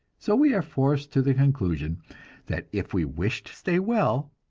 so we are forced to the conclusion that if we wish to stay well,